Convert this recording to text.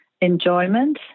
enjoyment